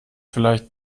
vielleicht